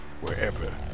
wherever